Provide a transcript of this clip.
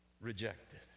Rejected